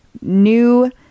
new